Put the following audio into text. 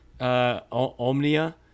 omnia